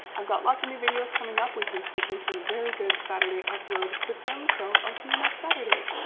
i've got lots of new videos coming up. we've been sticking to a very good saturday upload system, so i'll see you next saturday.